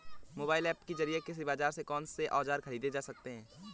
Mobile app के जरिए कृषि बाजार से कौन से औजार ख़रीदे जा सकते हैं?